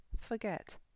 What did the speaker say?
forget